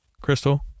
Crystal